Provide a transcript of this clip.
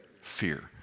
Fear